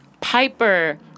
Piper